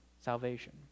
salvation